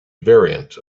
variant